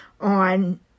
on